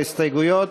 ההסתייגויות.